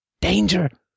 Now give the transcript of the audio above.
Danger